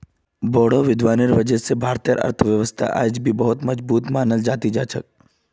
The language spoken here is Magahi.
बोड़ो विद्वानेर वजह स भारतेर आर्थिक व्यवस्था अयेज भी बहुत मजबूत मनाल जा ती जा छ